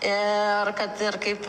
ir kad ir kaip